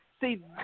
See